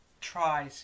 try